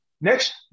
next